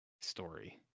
story